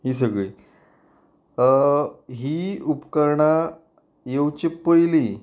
हीं सगळीं हीं उपकरणां येवचे पयलीं